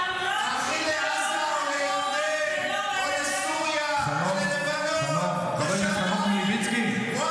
אדוני סגן יושב-ראש הכנסת חנוך מלביצקי, תודה.